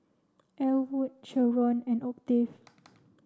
Elwood Sheron and Octave